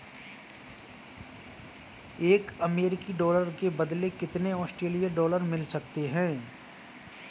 एक अमेरिकी डॉलर के बदले कितने ऑस्ट्रेलियाई डॉलर मिल सकते हैं?